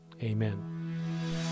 Amen